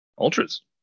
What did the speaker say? Ultras